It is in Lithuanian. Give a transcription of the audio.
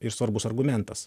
ir svarbus argumentas